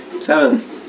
Seven